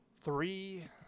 Three